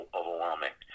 overwhelming